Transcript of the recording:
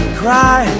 cry